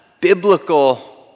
biblical